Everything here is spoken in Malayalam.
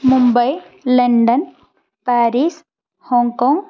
Mumbai London Paris Hong Kong